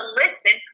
listen